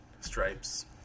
Stripes